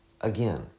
again